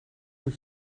moet